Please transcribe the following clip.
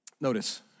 Notice